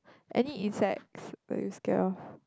any insects are you scared of